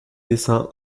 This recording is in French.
dessin